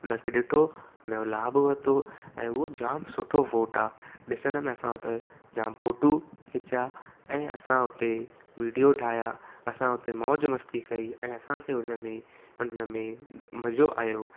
हुनखे ॾिठो हुनजो लाभ वरितो ऐं उहो जाम सुठो फोर्ट आहे ॾिसण में असां हुते जाम फोटू खिचां ऐं असां हुते वीडियो ठाहिया असां हुते मौज मस्ती कई ऐं असांखे हुनमें हुनमें मज़ो आयो